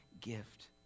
gift